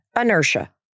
inertia